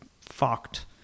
fucked